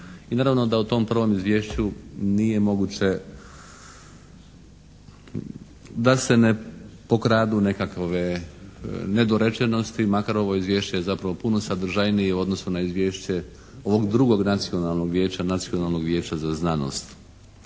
I naravno da u tom prvom izvješću nije moguće da se ne pokradu nekakove nedorečenosti makar je ovo izvješće zapravo puno sadržajnije u odnosu na izvješće ovog drugog nacionalnog vijeća Nacionalnog vijeća za znanost.